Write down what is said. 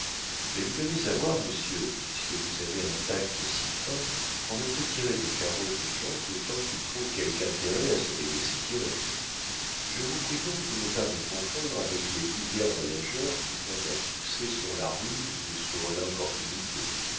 mais vous devez savoir monsieur puisque vous avez un tact si fin qu'on ne peut tirer de carottes aux gens qu'autant qu'ils trouvent quelque intérêt à se les laisser tirer je vous prie donc de ne pas me confondre avec les vulgaires voyageurs qui fondent leur succès sur la ruse ou sur l'importunité